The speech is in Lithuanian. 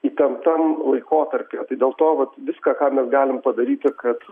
įtemptam laikotarpyje tai dėl to vat viską ką mes galim padaryti kad